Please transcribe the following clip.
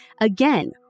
again